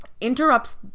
interrupts